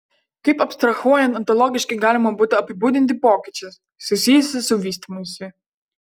kaip abstrahuojant ontologiškai galima būtų apibūdinti pokyčius susijusius su vystymusi